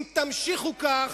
אם תמשיכו כך,